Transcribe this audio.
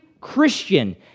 Christian